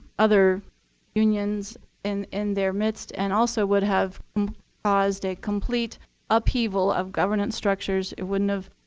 other unions in in their midst, and also would have caused a complete upheaval of governance structures. it wouldn't have